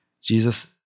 Jesus